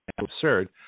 absurd